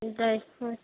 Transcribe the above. dry fruits